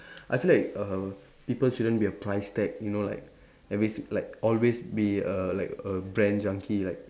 I feel like err people shouldn't be a price tag you know like every si like always be err like a brand junkie like